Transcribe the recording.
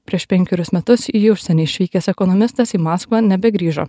prieš penkerius metus į užsienį išvykęs ekonomistas į maskvą nebegrįžo